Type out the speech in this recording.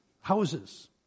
houses